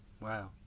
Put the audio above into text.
Wow